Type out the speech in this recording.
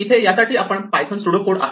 इथे यासाठी काही पायथन सुडो कोड आहेत